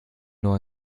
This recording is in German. nur